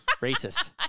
Racist